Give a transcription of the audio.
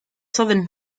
southern